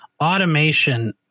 Automation